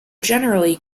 generally